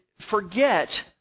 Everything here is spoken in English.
forget